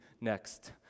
next